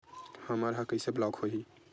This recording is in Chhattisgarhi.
हमर ह कइसे ब्लॉक होही?